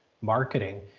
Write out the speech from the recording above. marketing